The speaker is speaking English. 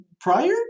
prior